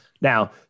Now